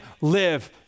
live